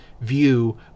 view